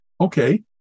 okay